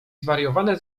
zwariowane